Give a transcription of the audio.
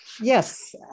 Yes